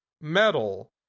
Metal